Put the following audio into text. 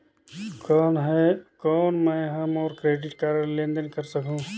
कौन मैं ह मोर क्रेडिट कारड ले लेनदेन कर सकहुं?